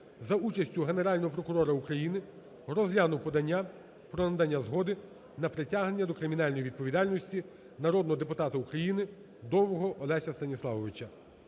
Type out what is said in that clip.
за участю Генерального прокурора України розглянув подання про надання згоди про притягнення до кримінальної відповідальності народного депутата України Лозового Андрія Сергійовича.